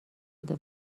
بوده